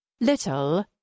Little